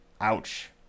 Ouch